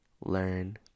learn